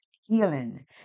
healing